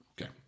Okay